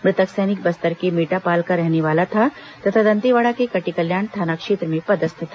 मृतक सैनिक बस्तर के मेटापाल का रहने वाला था तथा दंतेवाड़ा के कटेकल्याण थाना क्षेत्र में पदस्थ था